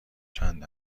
چند